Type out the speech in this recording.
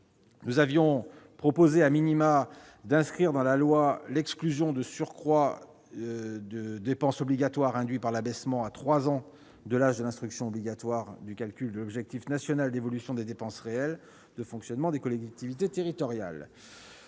a également été écartée., il faudrait exclure le surcroît de dépenses obligatoires induit par l'abaissement à 3 ans de l'âge de l'instruction obligatoire du calcul de l'objectif national d'évolution des dépenses réelles de fonctionnement des collectivités territoriales.